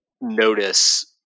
notice